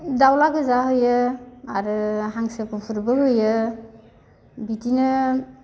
दाउज्ला गोजा होयो आरो हांसो गुफुरबो होयो बिदिनो